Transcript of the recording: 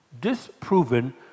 disproven